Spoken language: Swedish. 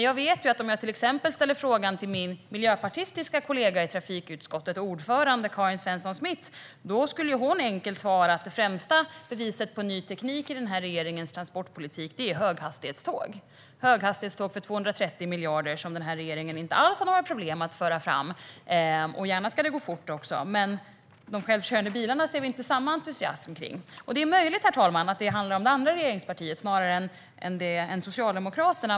Jag vet att om jag exempelvis ställer frågan till min miljöpartistiska kollega och ordföranden i trafikutskottet Karin Svensson Smith skulle hon snabbt svara att det främsta beviset på ny teknik i regeringens transportpolitik är höghastighetståg. Och det handlar om höghastighetståg för 230 miljarder, vilka regeringen inte alls har några problem att föra fram. Det ska gärna gå fort också. De självkörande bilarna ser vi dock inte samma entusiasm för. Herr talman! Det är alltså möjligt att det handlar om det andra regeringspartiet, snarare än Socialdemokraterna.